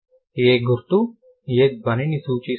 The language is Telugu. ఏ గుర్తు ఏ ధ్వనిని సూచిస్తుంది